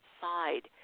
side